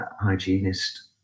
hygienist